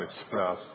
express